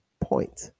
point